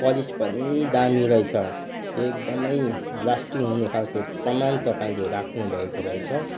polish पनि दामी रहेछ एकदमै लास्टिङ हुने खाल्को सामान तपाईँले राख्नुभएको रहेछ